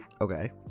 okay